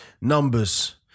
Numbers